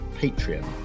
Patreon